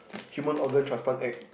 human organ transplant act